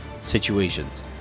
situations